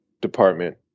department